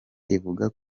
ivuga